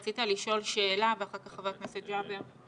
רצית לשאול שאלה ואחר כך חבר הכנסת ג'אבר.